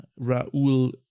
raul